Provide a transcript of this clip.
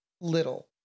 little